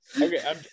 Okay